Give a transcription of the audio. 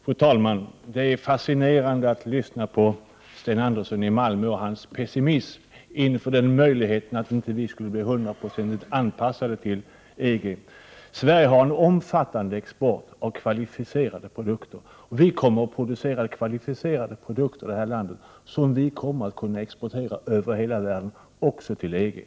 Fru talman! Det är fascinerande att lyssna på Sten Andersson i Malmö och hans pessimism inför den möjligheten att vi inte skulle bli 100-procentigt anpassade till EG. Sverige har en omfattande export av kvalificerade produkter, och vi kommer att producera kvalificerade produkter i det här landet som vi kommer att kunna exportera över hela världen, också till EG. Prot.